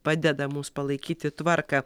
padeda mums palaikyti tvarką